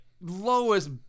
lowest